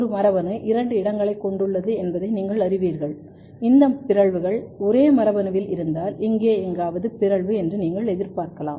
ஒரு மரபணு இரண்டு இடங்களைக் கொண்டுள்ளது என்பதை நீங்கள் அறிவீர்கள் இந்த பிறழ்வுகள் ஒரே மரபணுவில் இருந்தால் இங்கே எங்காவது பிறழ்வு என்று நீங்கள் எதிர்பார்க்கலாம்